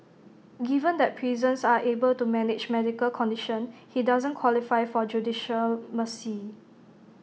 given that prisons are able to manage medical condition he doesn't qualify for judicial mercy